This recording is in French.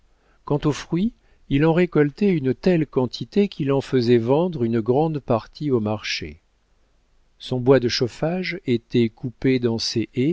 quant aux fruits il en récoltait une telle quantité qu'il en faisait vendre une grande partie au marché son bois de chauffage était coupé dans ses